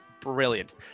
Brilliant